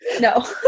No